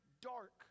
dark